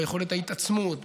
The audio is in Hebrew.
ביכולת ההתעצמות,